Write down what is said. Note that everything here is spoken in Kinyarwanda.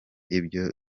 ibyo